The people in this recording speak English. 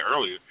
earlier